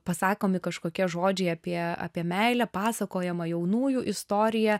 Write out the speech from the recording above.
pasakomi kažkokie žodžiai apie apie meilę pasakojama jaunųjų istorija